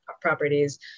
properties